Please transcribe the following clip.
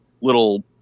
little